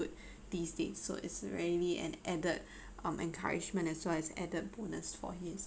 these days so it's really an added um encouragement as well as added bonus for his